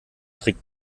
trick